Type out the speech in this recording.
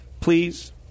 please